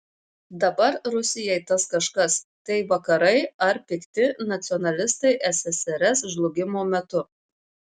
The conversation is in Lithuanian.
dabar rusijai tas kažkas tai vakarai ar pikti nacionalistai ssrs žlugimo metu